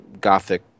gothic